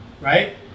right